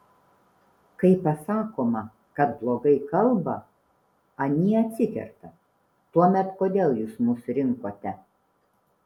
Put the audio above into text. kai pasakoma kad blogai kalba anie atsikerta tuomet kodėl jūs mus rinkote